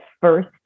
first